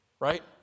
Right